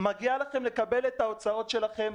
מגיע לכם לקבל את ההוצאות שלכם,